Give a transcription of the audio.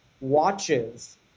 watches